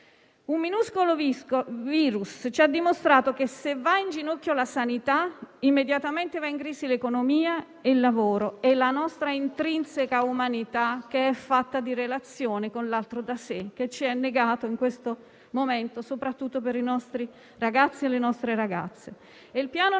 Un minuscolo virus ci ha dimostrato che se va in ginocchio la sanità, immediatamente va in crisi l'economia, il lavoro e la nostra intrinseca umanità, che è fatta di relazione con l'altro da sé, che ci è negato in questo momento, soprattutto per i nostri ragazzi e le nostre ragazze.